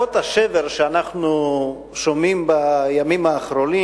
זעקות השבר שאנחנו שומעים בימים האחרונים,